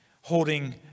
holding